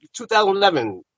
2011